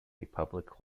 public